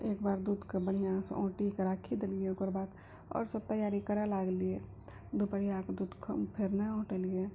एकबार दूधके बढ़िआँसँ औटि कऽ राखि देलियै ओकरबाद आओर सब तैयारी करै लागलियै दुपहरियाके दूधके फेर नहि औटऽलियै